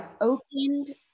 opened